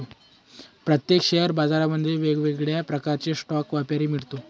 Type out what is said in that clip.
प्रत्येक शेअर बाजारांमध्ये वेगळ्या प्रकारचा स्टॉक व्यापारी मिळतो